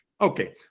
Okay